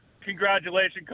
congratulations